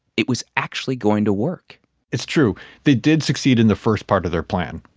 it was actually going to work it's true they did succeed in the first part of their plan.